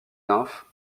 nymphes